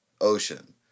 ocean